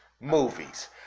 Movies